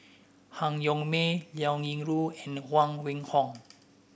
Han Yong May Liao Yingru and Huang Wenhong